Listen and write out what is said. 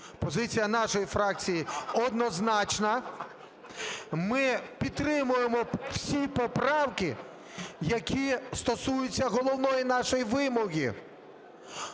Позиція нашої фракції однозначна. Ми підтримуємо всі поправки, які стосуються головної нашої вимоги.